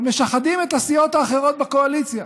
אבל משחדים את הסיעות האחרות בקואליציה